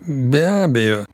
be abejo